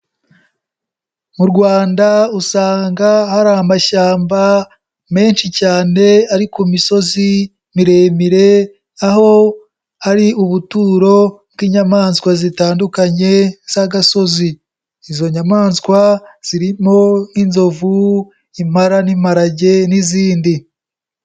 Mu Rwanda usanga hari amashyamba menshi cyane ari ku misozi miremire, aho hari ubuturo bw'inyamaswa zitandukanye z'agasozi. Izo nyamaswa zirimo nk'inzovu, impara n'imparage n'izindi.